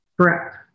Correct